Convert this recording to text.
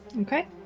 Okay